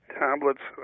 tablets